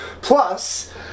Plus